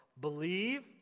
believe